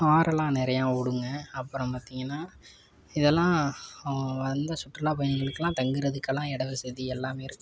ஆறெலாம் நிறையா ஓடும்க அப்புறம் பார்த்திங்கனா இதெல்லாம் வந்த சுற்றுலாப் பயணிகளுக்கெலாம் தங்குறதுக்கெல்லாம் இடம் வசதி எல்லாமே இருக்குது